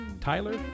tyler